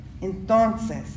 Entonces